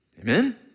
Amen